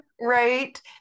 Right